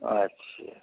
আচ্ছা